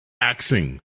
axing